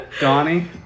Donnie